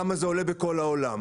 למה זה עולה בכל העולם.